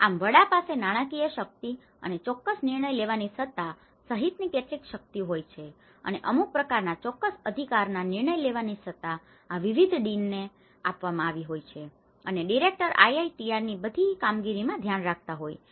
આમ વડા પાસે નાણાકીય શક્તિ અને ચોક્કસ નિર્ણય લેવાની સત્તા સહિતની કેટલીક શક્તિઓ હોય છે અને અમુક પ્રકારના ચોક્કસ અધિકારના નિર્ણય લેવાની સત્તા આ વિવિધ ડીનને dean મંડળનો ઉપરી અધ્યક્ષ આપવામાં આવી હોય છે અને ડિરેક્ટર IITRની આ બધી કામગીરીમાં ધ્યાન રાખતા હોય છે